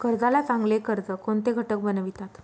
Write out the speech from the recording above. कर्जाला चांगले कर्ज कोणते घटक बनवितात?